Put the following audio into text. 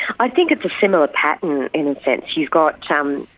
i think it's a similar pattern in a sense. you've got um